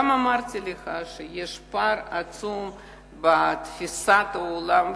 גם אמרתי לך שיש פער עצום בתפיסת העולם,